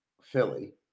Philly